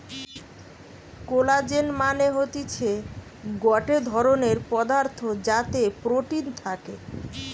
collagen মানে হতিছে গটে ধরণের পদার্থ যাতে প্রোটিন থাকে